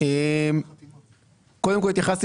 התייחסתי